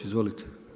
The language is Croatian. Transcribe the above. Izvolite.